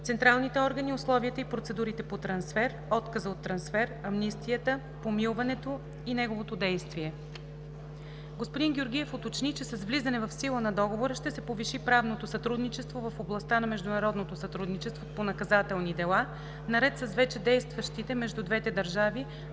централните органи, условията и процедурите по трансфер, отказа от трансфер, амнистията, помилването и неговото действие. Господин Георгиев уточни, че с влизане в сила на Договора ще се повиши правното сътрудничество в областта на международното сътрудничество по наказателни дела, наред с вече действащите между двете държави